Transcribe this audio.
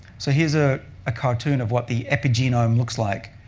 so here's a ah cartoon of what the epigenome looks like.